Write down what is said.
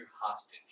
hostage